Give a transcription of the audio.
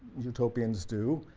utopians do,